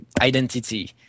identity